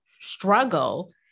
struggle